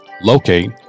Locate